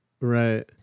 Right